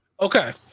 Okay